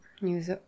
news